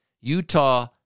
Utah